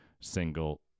single